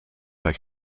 pas